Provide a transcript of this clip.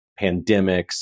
pandemics